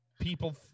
people